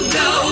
go